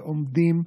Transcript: ועומדים,